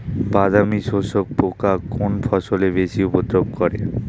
বাদামি শোষক পোকা কোন ফসলে বেশি উপদ্রব করে?